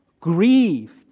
grieved